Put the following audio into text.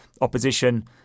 opposition